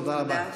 תודה רבה.